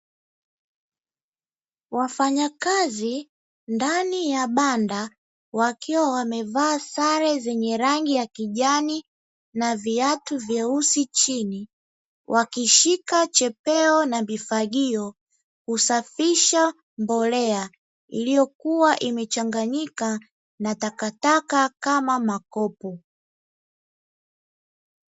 Wafanyakazi ndani ya banda wakiwa wamevaa sare zenye rangi ya kijani na viatu vyeusi chini, wakishika chepeo na mifagio kusafisha mbolea iliokuwa imechanganyika na takataka kama makopo.